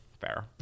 fair